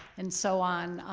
and so on,